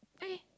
okay